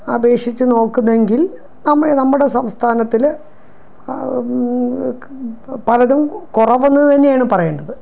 അപേക്ഷിച്ച് നോക്കുന്നെങ്കിൽ നമ്മൾ നമ്മുടെ സംസ്ഥാനത്തിൽ പലതും കുറവെന്നു തന്നെയാണ് പറയേണ്ടത്